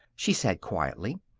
she said quietly.